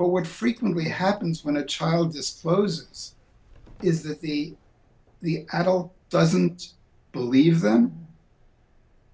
but what frequently happens when a child just slows is that the the idol doesn't believe them